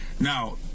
Now